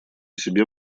себе